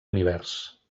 univers